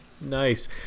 Nice